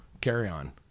carry-on